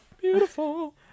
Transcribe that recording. Beautiful